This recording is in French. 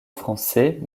français